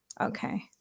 okay